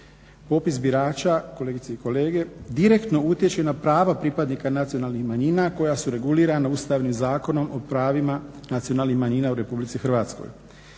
Popis birača, kolegice i kolege, direktno utječe na prava pripadnika nacionalnih manjina koja su regulirana Ustavnim zakonom o pravima nacionalnih manjina u RH.